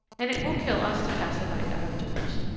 and it won't kill us to pass a night out-of-doors.